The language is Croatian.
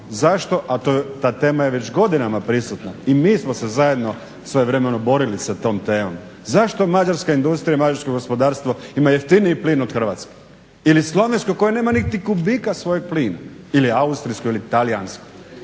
Zašto? A ta tema je već godinama prisutna i mi smo se zajedno svojevremeno borili sa tom temom. Zašto mađarska industrija i mađarsko gospodarstvo imaju jeftiniji plin od Hrvatske ili slovensko koje nema niti kubika svojeg plina ili austrijsko ili talijansko.